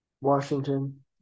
Washington